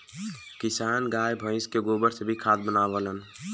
किसान गाय भइस के गोबर से भी खाद बनावलन